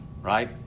right